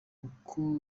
uko